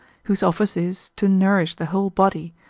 whose office is to nourish the whole body,